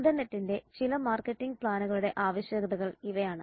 ഇന്റർനെറ്റിന്റെ ചില മാർക്കറ്റിംഗ് പ്ലാനുകളുടെ ആവശ്യകതകൾ ഇവയാണ്